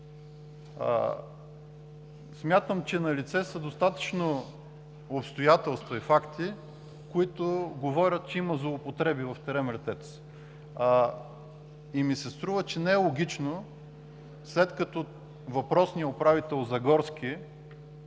Смятам, че са налице достатъчно обстоятелства и факти, които говорят, че има злоупотреби в „ТЕРЕМ – Летец“. Струва ми се нелогично, след като въпросният управител Загорски